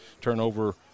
turnover